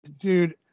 dude